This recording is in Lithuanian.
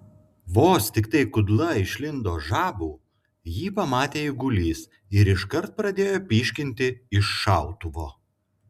vos tiktai kudla išlindo žabų jį pamatė eigulys ir iškart pradėjo pyškinti iš šautuvo